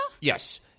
Yes